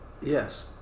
Yes